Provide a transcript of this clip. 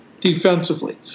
defensively